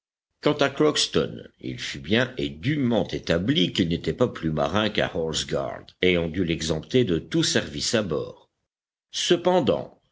quant à crockston il fut bien et dûment établi qu'il n'était pas plus marin qu'un horse guard et on dut l'exempter de tout service à bord cependant